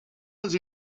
els